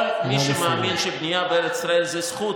כל מי שמאמין שבנייה בארץ ישראל זו זכות